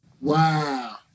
Wow